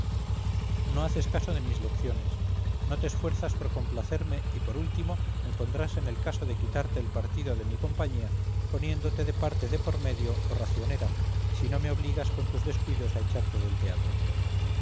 no haces caso de mis lecciones no te esfuerzas por complacerme y por último me pondrás en el caso de quitarte el partido en mi compañía poniéndote de parte de por medio o racionera si no me obligas con tus descuidos a echarte del teatro